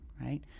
right